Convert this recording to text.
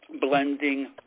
blending